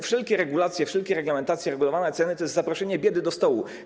Wszelkie regulacje, wszelkie reglamentacje, regulowane ceny to jest zaproszenie biedy do stołu.